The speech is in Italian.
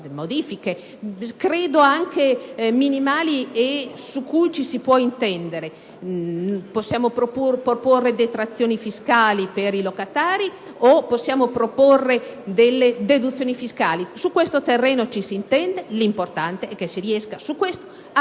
delle differenze credo minimali, e su ci si può intendere. Possiamo proporre detrazioni fiscali per i locatori o delle deduzione fiscali? Su questo terreno ci si intende; l'importante è che si riesca su questo a